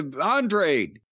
Andre